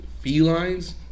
felines